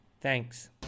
Thanks